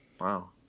Wow